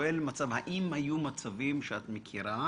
היו מצבים שאת מכירה